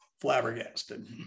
flabbergasted